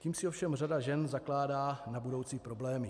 Tím si ovšem řada žen zakládá na budoucí problémy.